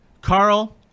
Carl